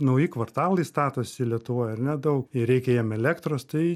nauji kvartalai statosi lietuvoj ar ne daug ir reikia jiem elektros tai